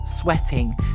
sweating